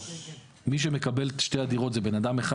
מי שמקבל את שתי הדירות זה אדם אחד